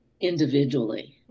individually